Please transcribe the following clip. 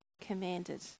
commanded